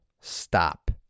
Stop